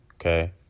okay